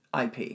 IP